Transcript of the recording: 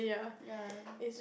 ya